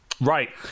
Right